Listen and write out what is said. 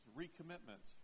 recommitment